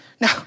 Now